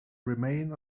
remain